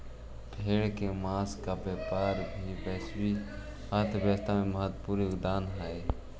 भेड़ के माँस का व्यापार भी वैश्विक अर्थव्यवस्था में महत्त्वपूर्ण योगदान हई